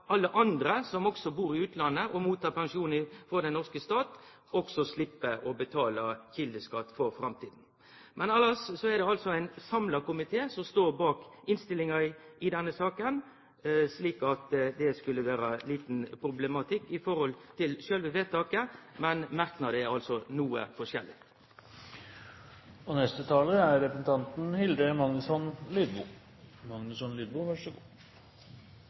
alle andre som bur i utlandet og mottek pensjon frå den norske stat, slepp å betale kjeldeskatt for framtida. Elles er det ein samla komité som står bak innstillinga i denne saka, så det skulle vere lite problematisk når det gjeld sjølve vedtaket, men merknadene er altså